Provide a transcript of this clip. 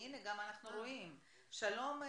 שלום,